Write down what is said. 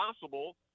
possible